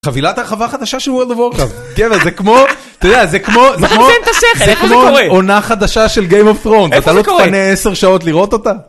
חבילת הרחבה חדשה של World of Warcraft, זה כמו, מה אתה מזיין את השכל, זה כמו עונה חדשה של Game of Thrones, אתה לא תפנה עשר שעות לראות אותה?